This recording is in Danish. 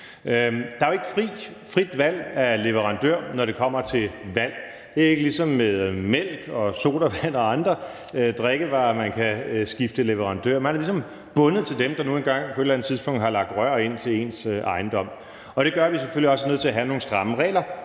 Der er jo ikke frit valg af leverandør, når det kommer til vand. Det er ikke ligesom med mælk, sodavand og andre drikkevarer, hvor man kan skifte leverandør. Man er ligesom bundet til dem, der nu engang på et eller andet tidspunkt har lagt rør ind til ens ejendom, og det gør, at vi selvfølgelig også er nødt til at have nogle stramme regler